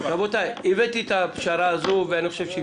רבותי, הבאתי את הפשרה הזו ואני חושב שהיא